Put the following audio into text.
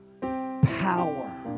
power